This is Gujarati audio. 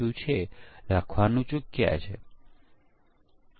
અને પછી વ્હાઇટ બોક્સ પરીક્ષણ જે બ્લેક બોક્સ પરીક્ષણ પછી હાથ ધરવામાં આવે છે